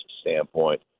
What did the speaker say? standpoint